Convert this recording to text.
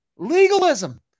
legalism